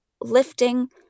lifting